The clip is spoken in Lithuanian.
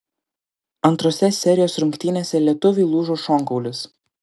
antrose serijos rungtynėse lietuviui lūžo šonkaulis